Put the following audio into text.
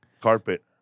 carpet